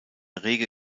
rege